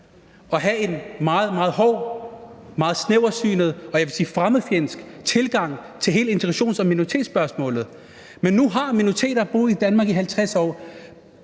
en meget, meget hård, meget snæversynet, og jeg vil sige fremmedfjendsk tilgang til hele integrations- og minoritetsspørgsmålet, men nu har minoriteter boet i Danmark i 50 år,